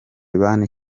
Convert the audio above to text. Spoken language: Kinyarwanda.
ban